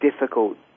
difficult